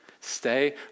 Stay